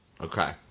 Okay